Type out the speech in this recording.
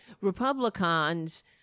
Republicans